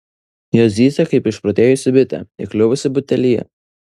jos zyzia kaip išprotėjusi bitė įkliuvusi butelyje